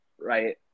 right